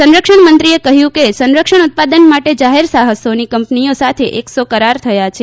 સંરક્ષણ મંત્રીએ કહ્યુંકે સંરક્ષણ ઉત્પાદન માટે જાહેર સાહસોની કંપનીઓ સાથે એકસો કરાર થયા છે